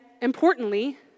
importantly